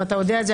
ואתה יודע את זה,